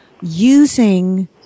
using